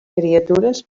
criatures